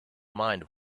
mind